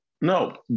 no